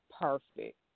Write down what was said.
perfect